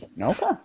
Okay